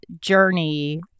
journey